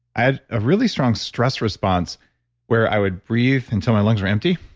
i had a really strong stress response where i would breathe until my lungs were empty.